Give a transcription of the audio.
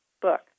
book